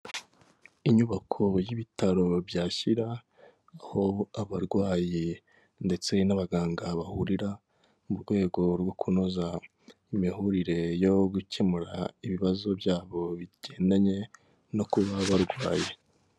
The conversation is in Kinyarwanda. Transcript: Inyubako y'ibitaro bya Shyira, aho abarwayi ndetse n'abaganga bahurira mu rwego rwo kunoza imihurire yo gukemura ibibazo byabo bigendanye no kuba barwaye.